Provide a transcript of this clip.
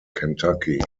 kentucky